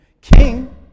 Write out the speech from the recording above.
king